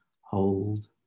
hold